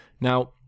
now